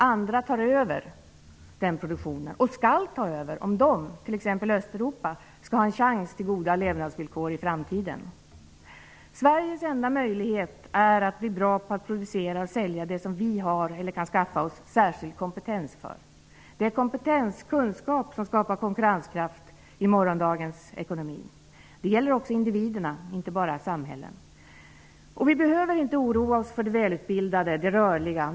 Andra tar över den produktionen, och de skall ta över om de, t.ex. Östeuropa, skall ha en chans till goda levnadsvillkor i framtiden. Sveriges enda möjlighet är att vi blir bra på att producera och sälja det som vi har eller kan skaffa oss särskild kompetens för. Det är kompetens, kunskap, som skapar konkurrenskraft i morgondagens ekonomi. Det gäller också individerna, inte bara samhällen. Vi behöver inte oroa oss för de välutbildade, de rörliga.